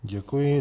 Děkuji.